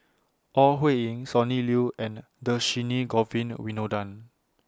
Ore Huiying Sonny Liew and Dhershini Govin Winodan